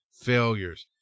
failures